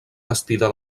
vestida